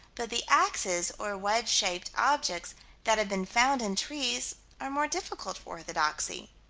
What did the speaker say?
but the axes, or wedge-shaped objects that have been found in trees, are more difficult for orthodoxy.